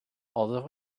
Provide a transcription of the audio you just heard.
although